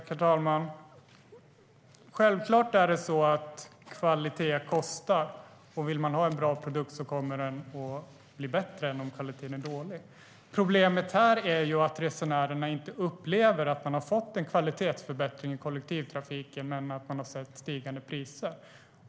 Herr talman! Självklart är det så att kvalitet kostar. Problemet här är att resenärerna upplever att man trots stigande priser inte har fått någon kvalitetsförbättring i kollektivtrafiken.